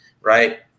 right